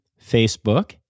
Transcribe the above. Facebook